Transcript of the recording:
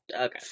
okay